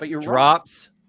drops